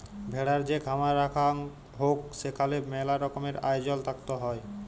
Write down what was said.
ভেড়ার যে খামার রাখাঙ হউক সেখালে মেলা রকমের আয়জল থাকত হ্যয়